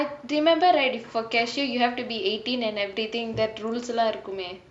remember right for cashier you have to be eighteen and everything that rules லா இருக்குமே:la irukumae